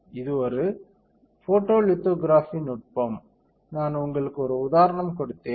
இது ஒரு போட்டோலிதோகிராஃபி நுட்பம் நான் உங்களுக்கு ஒரு உதாரணம் கொடுத்தேன்